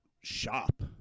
shop